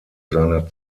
seiner